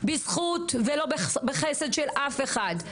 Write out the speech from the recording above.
בזכות ולא בחסד של אף אחד,